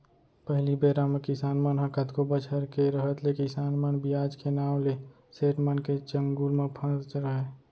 पहिली बेरा म किसान मन ह कतको बछर के रहत ले किसान मन बियाज के नांव ले सेठ मन के चंगुल म फँसे रहयँ